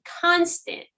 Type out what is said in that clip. constant